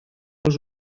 els